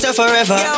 forever